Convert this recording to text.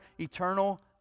eternal